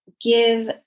give